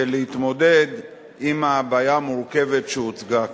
ולהתמודד עם הבעיה המורכבת שהוצגה כאן.